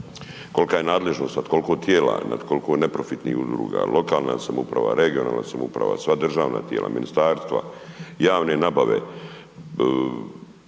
kolika je nadležnost nad koliko tijela, nad koliko neprofitnih udruga, lokalna samouprava, regionalna samouprava, sva državna tijela, ministarstva, javne nabave.